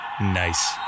Nice